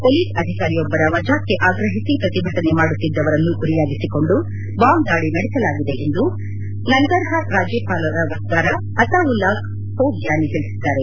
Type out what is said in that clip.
police ಅಧಿಕಾರಿಯೊಬ್ಲರ ವಜಾಕ್ಷೆ ಆಗ್ರಹಿಸಿ ಪ್ರತಿಭಟನೆ ಮಾಡುತ್ತಿದ್ದವರನ್ನು ಗುರಿಯಾಗಿಸಿಕೊಂಡು ಬಾಂಬ್ ದಾಳಿ ನಡೆಸಲಾಗಿದೆ ಎಂದು ನನ್ಗರ್ಹಾರ್ ರಾಜ್ಜಪಾಲರ ವಕ್ತಾರ ಅತಾವುಲ್ಲಾ ಮೋಗ್ಡಾನಿ ತಿಳಿಸಿದ್ದಾರೆ